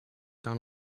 down